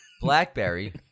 Blackberry